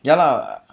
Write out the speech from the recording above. ya lah